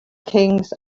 kings